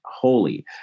holy